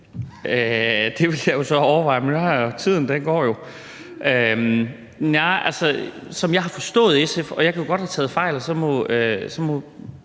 Det vil jeg så overveje, men tiden går jo. Altså, som jeg umiddelbart har forstået SF, og jeg kan godt have taget fejl, og så